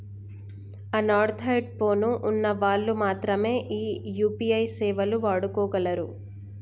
Android phone ఉన్న వాళ్ళు మాత్రమె ఈ యూ.పీ.ఐ సేవలు వాడుకోగలరు